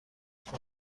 سرخ